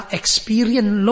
experience